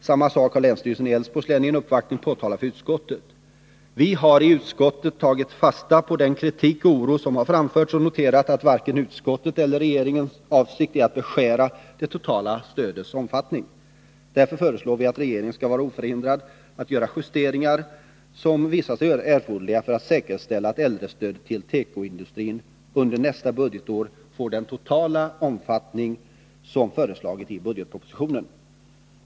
Samma sak har länsstyrelsen i Älvsborgs län i en uppvaktning påtalat för utskottet. Vi har i utskottet tagit fasta på den kritik och oro som har framförts och noterat att varken utskottets eller regeringens avsikt är att beskära det totala stödets omfattning. Därför föreslår vi att regeringen skall vara oförhindrad att göra justeringar som visar sig erforderliga för att säkerställa att äldrestödet till tekoindustrin under nästa budgetår får den totala omfattning som föreslagits i budgetpropositionen.